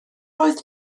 oedd